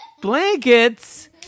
blankets